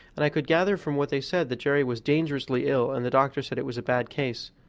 and i could gather from what they said that jerry was dangerously ill, and the doctor said it was a bad case.